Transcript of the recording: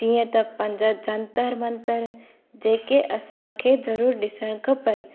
जीअं त पंहिंजा जंतर मंतर जेके असांखे ज़रूरु ॾिसणु खपनि